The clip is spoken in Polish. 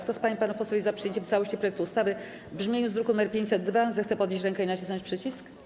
Kto z pań i panów posłów jest za przyjęciem w całości projektu ustawy w brzmieniu z druku nr 502, zechce podnieść rękę i nacisnąć przycisk.